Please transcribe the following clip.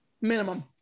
Minimum